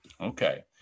Okay